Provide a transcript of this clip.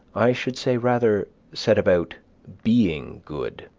i should say rather, set about being good.